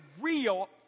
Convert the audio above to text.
real